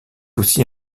aussi